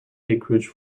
acreage